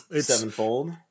sevenfold